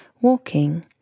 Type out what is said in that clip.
Walking